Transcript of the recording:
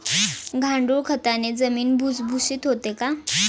गांडूळ खताने जमीन भुसभुशीत होते का?